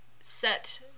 set